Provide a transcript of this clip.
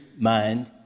mind